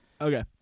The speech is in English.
Okay